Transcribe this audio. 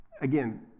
Again